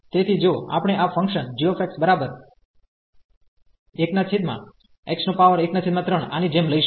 તેથી જો આપણે આ ફંકશન g બરાબર 1x13 આની જેમ લઈશું